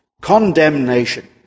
condemnation